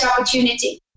opportunity